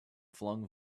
flung